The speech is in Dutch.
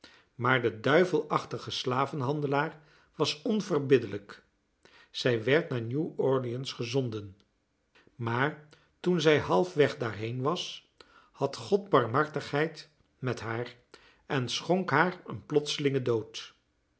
maar de duivelachtige slavenhandelaar was onverbiddelijk zij werd naar new-orleans gezonden maar toen zij halfweg daarheen was had god barmhartigheid met haar en schonk haar een plotselingen dood